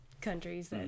countries